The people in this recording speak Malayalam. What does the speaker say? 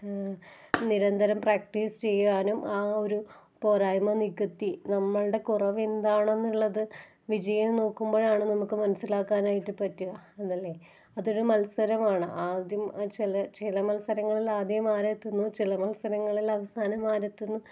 നിരന്തരം പ്രാക്ടീസ് ചെയ്യാനും ആ ഒരു പോരായ്മ നികത്തി നമ്മളുടെ കുറവെന്താണെന്നുള്ളത് വിജയം നോക്കുമ്പോളാണ് നമുക്ക് മനസ്സിലാക്കാനായിട്ട് പറ്റുക അതല്ലേ അതൊര് മത്സരമാണ് ആദ്യം ചില ചില മത്സരങ്ങളിൽ ആദ്യം ആരെത്തുന്നു ചില മത്സരങ്ങളിൽ അവസാനം ആരെത്തുന്നു